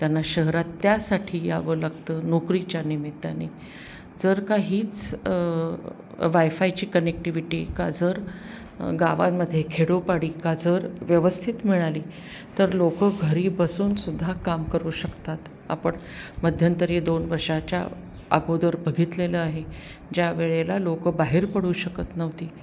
त्यांना शहरात त्यासाठी यावं लागतं नोकरीच्या निमित्ताने जर काहीच वाय फायची कनेक्टिव्हिटी का जर गावांमध्ये खेडोपाडी का जर व्यवस्थित मिळाली तर लोक घरी बसून सुद्धा काम करू शकतात आपण मध्यंतरीय दोन वर्षाच्या अगोदर बघितलेलं आहे ज्या वेळेला लोक बाहेर पडू शकत नव्हती